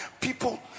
people